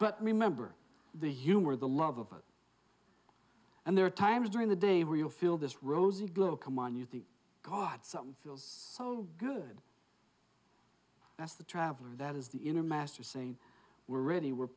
but remember the humor the love of it and there are times during the day where you'll feel this rosy glow come on you think god something feels so good that's the traveler that is the inner master same we're ready we're